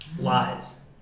Lies